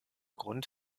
grund